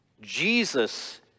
Jesus